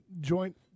joint